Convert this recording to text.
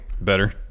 Better